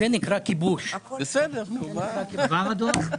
הפנייה אושרה.